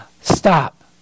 stop